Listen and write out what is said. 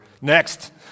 next